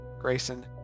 Grayson